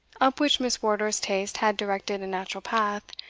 up which miss wardour's taste had directed a natural path,